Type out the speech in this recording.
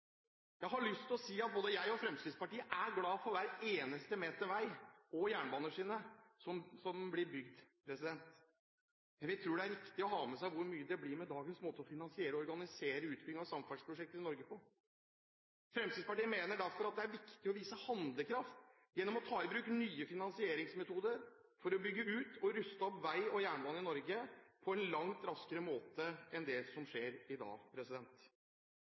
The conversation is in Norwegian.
Jeg har lyst til å si at både jeg og Fremskrittspartiet er glad for hver eneste meter vei og jernbaneskinne som blir bygd, men vi tror det er riktig å ha med seg hvor mye det blir med dagens måte å finansiere og organisere utbygging av samferdselsprosjekt i Norge på. Fremskrittspartiet mener derfor at det er viktig å vise handlekraft gjennom å ta i bruk nye finansieringsmetoder for å bygge ut og ruste opp vei og jernbane i Norge langt raskere enn det som skjer i dag.